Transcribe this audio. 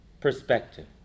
perspective